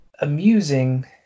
amusing